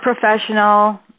professional